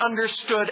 understood